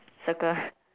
circle